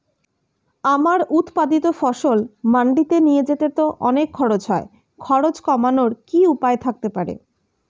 আমার উৎপাদিত ফসল মান্ডিতে নিয়ে যেতে তো অনেক খরচ হয় খরচ কমানোর কি উপায় থাকতে পারে?